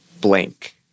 blank